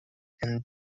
and